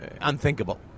unthinkable